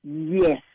yes